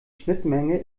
schnittmenge